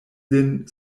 lin